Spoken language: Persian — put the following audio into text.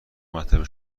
مرتبه